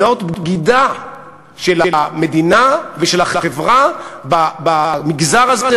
זאת בגידה של המדינה ושל החברה במגזר הזה,